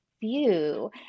view